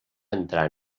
entrar